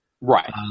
right